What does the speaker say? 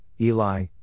Eli